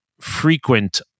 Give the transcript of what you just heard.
frequent